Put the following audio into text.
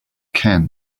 can